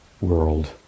world